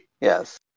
Yes